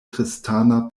kristana